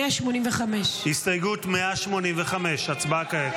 185. הסתייגות 185. הצבעה כעת.